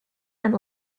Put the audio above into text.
and